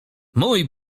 mój